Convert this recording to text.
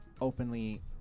openly